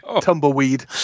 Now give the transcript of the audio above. Tumbleweed